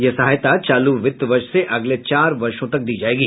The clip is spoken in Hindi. यह सहायता चालू वित्त वर्ष से अगले चार वर्षों तक दी जाएगी